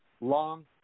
Long